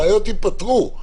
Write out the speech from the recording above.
הבעיות ייפתרו,